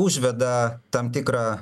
užveda tam tikrą